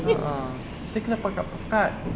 a'ah dia kena pekat-pekat